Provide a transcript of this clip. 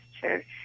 church